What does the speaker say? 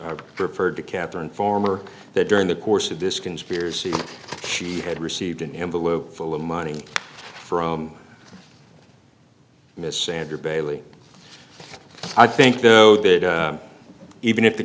referred to catherine farmer that during the course of this conspiracy she had received an envelope full of money from miss sandra bailey i think though that even if the